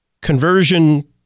Conversion